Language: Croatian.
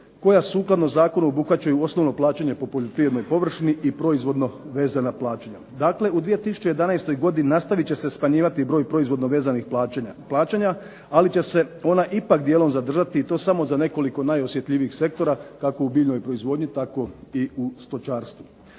koja sukladno zakonu obuhvaćaju osnovno plaćanje po poljoprivrednoj površini i proizvodno vezana plaćanja. Dakle, u 2011. godini nastavit će se smanjivati broj proizvodno vezanih plaćanja, ali će se ona ipak dijelom zadržati i to samo za nekoliko najosjetljivijih sektora kako u biljnoj proizvodnji tako i u stočarstvu.